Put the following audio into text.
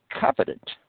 covenant